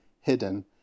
hidden